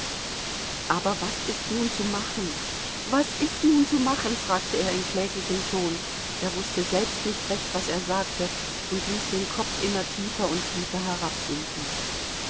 aber was ist nun zu machen was ist nun zu machen fragte er in kläglichem ton er wußte selbst nicht recht was er sagte und ließ den kopf immer tiefer und tiefer